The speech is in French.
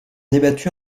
débattu